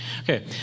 Okay